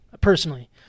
personally